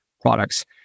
products